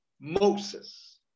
Moses